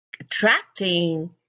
attracting